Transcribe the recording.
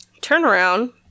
turnaround